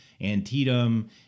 Antietam